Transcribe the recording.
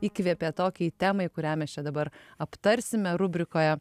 įkvėpė tokiai temai kurią mes čia dabar aptarsime rubrikoje